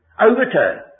overturn